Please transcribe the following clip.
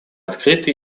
открыты